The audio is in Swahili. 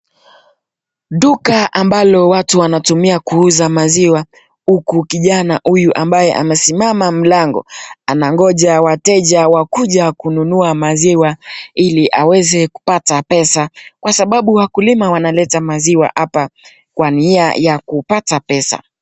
Duka ambalo watu wanatumia kuuza maziwa huku watu wanakuja kwa kijana huyu amesimama kwa mlango . Anagoja wateja wakuje kununua maziwa hili aweze kupata pesa kwa sababu wakulima wanaleta maziwa hapa kwa nia ya kupata pesa .